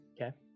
Okay